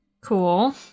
Cool